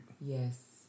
Yes